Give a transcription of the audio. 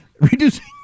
reducing